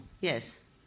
Yes